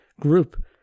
group